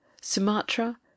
sumatra